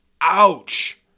Ouch